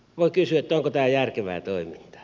voi kysyä onko tämä järkevää toimintaa